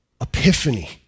Epiphany